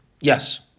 Yes